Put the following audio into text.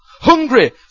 hungry